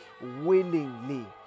willingly